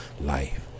life